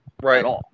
Right